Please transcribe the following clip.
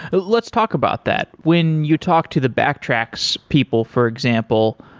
but let's talk about that. when you talk to the backtracks people, for example,